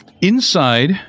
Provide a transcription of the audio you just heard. Inside